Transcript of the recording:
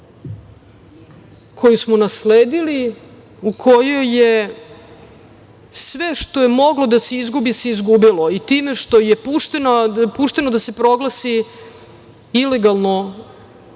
koju smo nasledili, u kojoj je sve što je moglo da se izgubi se izgubilo i time što je pušteno da se proglasi ilegalna